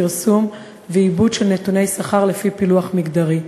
פרסום ועיבוד של נתוני שכר לפי פילוח מגדרי.